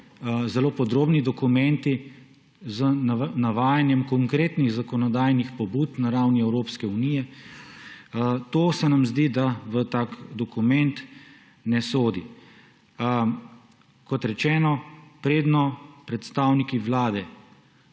zelo podrobni dokumenti z navajanjem konkretnih zakonodajnih pobud na ravni Evropske unije. Zdi se nam, da to v tak dokument ne sodi. Kot rečeno, preden predstavniki Vlade